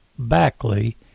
Backley